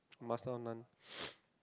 master of none